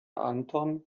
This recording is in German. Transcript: anton